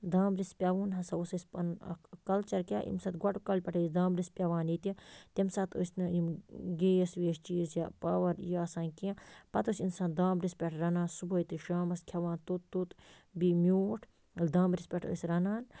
دامبرِس پٮ۪وُن ہَسا اوس اَسہِ پنُن اَکھ کلچر کیٛاہ ییٚمہِ ساتہٕ گۄڈ کالہِ پٮ۪ٹھَے ٲسۍ دامبرِس پٮ۪وان ییٚتہِ تَمہِ ساتہٕ ٲسۍ نہٕ یِم گیس ویس چیٖز یا پاوَر یہِ آسان کیٚںٛہہ پَتہٕ ٲسۍ اِنسان دامبرِس پٮ۪ٹھ رَنان صُبحٲے تہٕ شامَس کھٮ۪وان توٚت توٚت بیٚیہِ میوٗٹھ ییٚلہِ دامبرِس پٮ۪ٹھ ٲسۍ رَنان